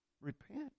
Repent